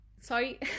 Sorry